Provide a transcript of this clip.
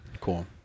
Cool